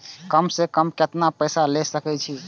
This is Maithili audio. कम से कम केतना पैसा ले सके छी?